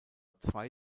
zwei